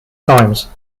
times